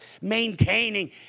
maintaining